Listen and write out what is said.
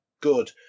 good